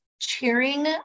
cheering